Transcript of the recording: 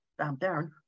Darren